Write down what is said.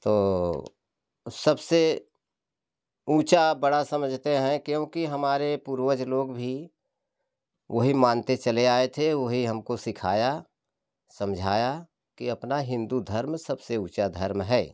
तो सबसे ऊंचा बड़ा समझते हैं क्योंकि हमारे पूर्वज लोग भी वही मानते चले आए थे वही हमको सिखाया समझाया कि अपना हिंदू धर्म सबसे ऊंचा धर्म है